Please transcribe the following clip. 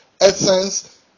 essence